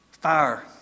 fire